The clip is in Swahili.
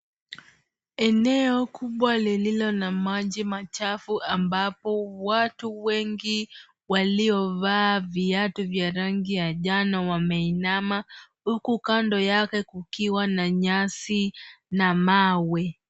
Eneo kubwa lililo na maji machafu ambapo watu wengi waliovaa viatu vya rangi ya njano wameinama, huku kando yake kukiwa na nyasi na mawe.